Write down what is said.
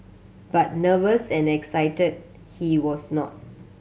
but nervous and excited he was not